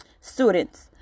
students